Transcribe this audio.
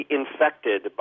infected